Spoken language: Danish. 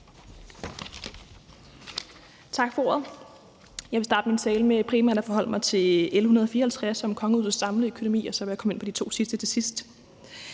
Tak for ordet. Jeg vil starte min tale med primært at forholde mig til L 154 om kongehusets samlede økonomi, og så vil jeg komme ind på de to andre til sidst.